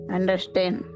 Understand